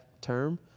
term